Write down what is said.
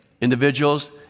individuals